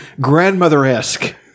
Grandmother-esque